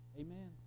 Amen